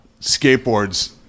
skateboards